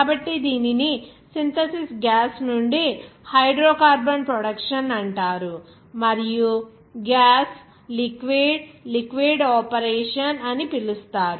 కాబట్టి దీనిని synthesis gas నుండి హైడ్రోకార్బన్ ప్రొడక్షన్ అంటారు మరియు గ్యాస్ లిక్విడ్ లిక్విడ్ ఆపరేషన్ అని పిలుస్తారు